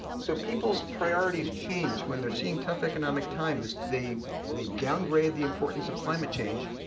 so people's priorities change, when they're seeing tough economic times they they downgrade the importance of climate change,